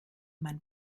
man